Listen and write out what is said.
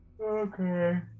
Okay